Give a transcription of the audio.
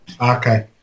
Okay